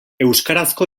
euskarazko